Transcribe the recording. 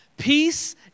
Peace